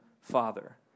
Father